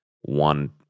one